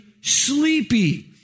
sleepy